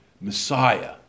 messiah